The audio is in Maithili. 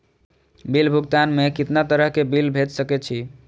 बिल भुगतान में कितना तरह के बिल भेज सके छी?